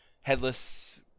headless